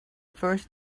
first